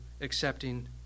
accepting